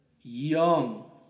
young